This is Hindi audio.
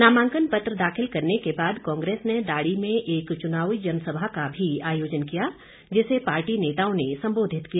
नामांकन पत्र दाखिल करने के बाद कांग्रेस ने दाड़ी में एक चुनाव जनसभा का भी आयोजन किया जिसे पार्टी नेताओं ने संबोधित किया